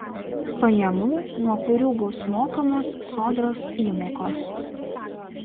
pajamų nuo kurių bus mokamos sodros įmokos